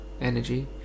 energy